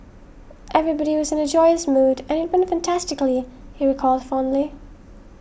everybody was in a joyous mood and it went fantastically he recalled fondly